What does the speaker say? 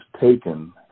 taken